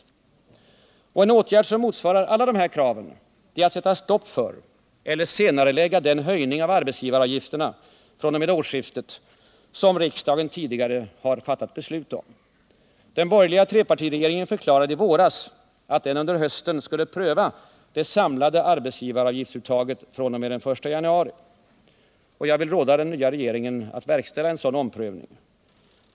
En åtgärd som motsvarar alla dessa krav är att sätta stopp för eller senarelägga den höjning av arbetsgivaravgifterna fr.o.m. årsskiftet som riksdagen tidigare fattat beslut om. Den borgerliga trepartiregeringen förklarade i våras att den under hösten skulle pröva det samlade arbetsgivaravgiftsuttaget fr.o.m. den 1 januari. Jag vill råda den nya regeringen att verkställa en sådan omprövning.